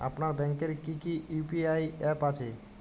আপনার ব্যাংকের কি কি ইউ.পি.আই অ্যাপ আছে?